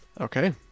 okay